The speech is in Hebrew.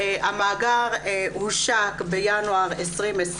המאגר הושק בינואר 2020,